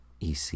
EC